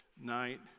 night